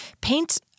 Paint